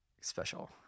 special